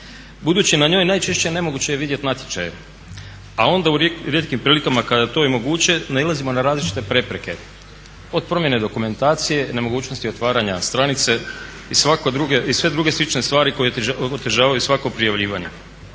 budući na njoj najčešće je nemoguće vidjet natječaje, a onda u rijetkim prilikama kada je to i moguće nailazimo na različite prepreke, od promjene dokumentacije, nemogućnosti otvaranja stranice i sve druge slične stvari koje otežavaju svako prijavljivanje.